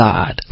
God